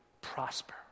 prosper